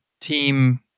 team